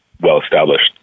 well-established